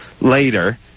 later